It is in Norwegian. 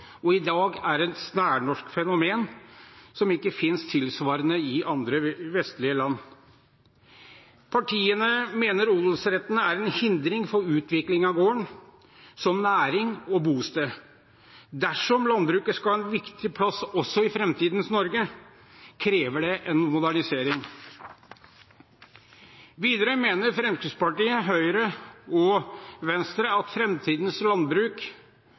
og i dag er den et særnorsk fenomen som ikke finnes tilsvarende i andre vestlige land. Partiene mener odelsretten er en hindring for utvikling av gården som næring og bosted. Dersom landbruket skal ha en viktig plass også i framtidens Norge, krever det en modernisering. Videre mener Høyre, Fremskrittspartiet og Venstre at framtidens landbruk er avhengig av at